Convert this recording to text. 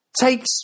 takes